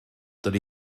dydy